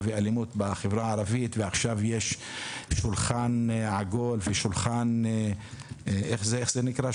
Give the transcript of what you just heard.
בחברה הערבית ויש שולחן עגול ואיך זה נקרא?